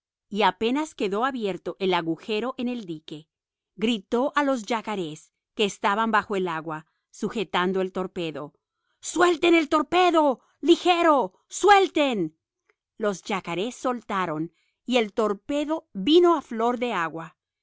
y apenas quedó abierto el agujero en el dique gritó a los yacarés que estaban bajo el agua sujetando el torpedo suelten el torpedo ligero suelten los yacarés soltaron y el torpedo vino a flor de agua